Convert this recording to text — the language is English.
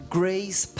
grace